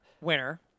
winner